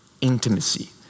intimacy